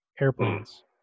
airplanes